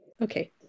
okay